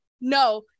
No